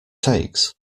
takes